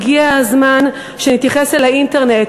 הגיע הזמן שנתייחס אל האינטרנט.